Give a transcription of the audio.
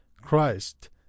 Christ